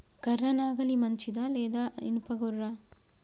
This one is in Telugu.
కర్ర నాగలి మంచిదా లేదా? ఇనుప గొర్ర?